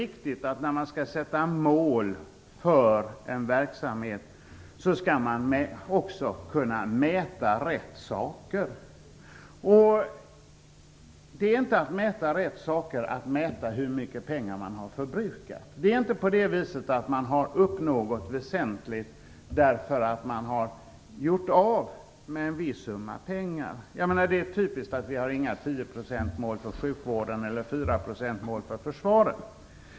När man skall sätta upp mål för en verksamhet är det viktigt att också kunna mäta rätt saker. Det är inte att mäta rätt saker, att mäta hur mycket pengar man har förbrukat. Det är inte så att man har uppnått något väsentligt därför att man har gjort av med en viss summa pengar. Det är typiskt att vi inte har något tioprocentsmål för sjukvården eller något fyraprocentsmål för försvaret.